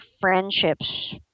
friendships